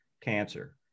cancer